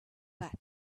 but